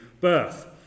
birth